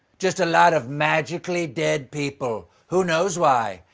just a lot of magically dead people! who knows why?